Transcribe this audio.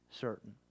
certain